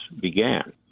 began